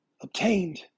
obtained